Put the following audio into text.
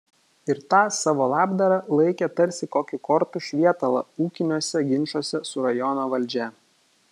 ir tą savo labdarą laikė tarsi kokį kortų švietalą ūkiniuose ginčuose su rajono valdžia